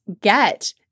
get